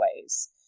ways